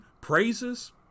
praises